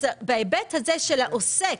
בהיבט הזה של העוסק,